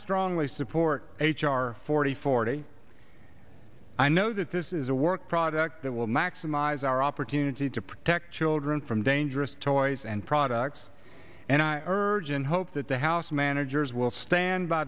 strongly support h r forty forty i know that this is a work product that will maximize our opportunity to protect children from dangerous toys and products and i urge and hope that the house managers will stand by